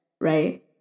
right